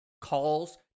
calls